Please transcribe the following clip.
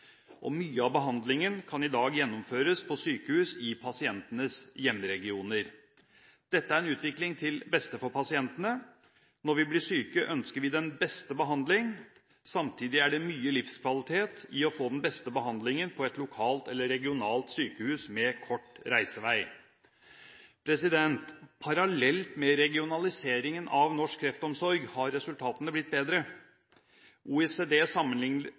og mye av behandlingen kan i dag gjennomføres på sykehus i pasientenes hjemregioner. Dette er en utvikling til beste for pasientene. Når vi blir syke, ønsker vi den beste behandling. Samtidig er det mye livskvalitet i få den beste behandlingen på et lokalt eller regionalt sykehus med kort reisevei. Parallelt med regionaliseringen av norsk kreftomsorg har resultatene blitt bedre. OECD